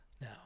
Now